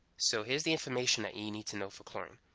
so here's the information that you need to know for chlorine.